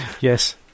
Yes